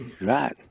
right